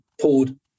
poured